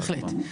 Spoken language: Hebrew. בהחלט.